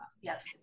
yes